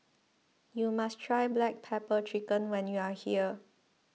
you must try Black Pepper Chicken when you are here